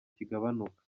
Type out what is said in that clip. kigabanuka